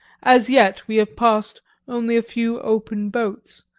as yet we have passed only a few open boats,